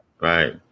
right